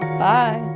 Bye